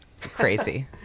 crazy